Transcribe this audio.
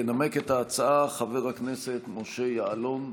ינמק את ההצעה חבר הכנסת משה יעלון,